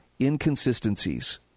inconsistencies